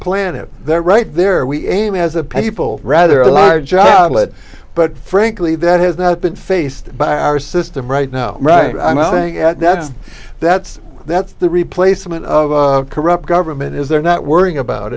planet they're right there we aim as a people rather a large outlet but frankly that has not been faced by our system right now right i think that's that's that's the replacement of a corrupt government is there not worrying about